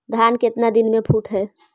धान केतना दिन में फुट है?